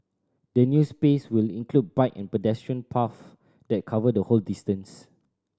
the new space will include bike and pedestrian path that cover the whole distance